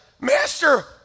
master